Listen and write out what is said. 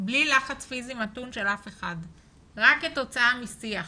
בלי לחץ פיזי מתון של אף אחד אלא רק כתוצאה משיח.